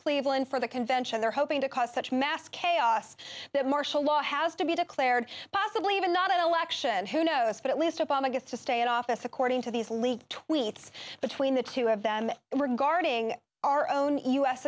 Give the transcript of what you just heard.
cleveland for the convention they're hoping to cause such mass chaos that martial law has to be declared possibly even not an election who knows but at least obama gets to stay in office according to these leaked tweets between the two of them were guarding our own u